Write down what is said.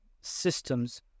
systems